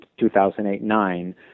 2008-9